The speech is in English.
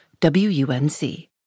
WUNC